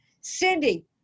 Cindy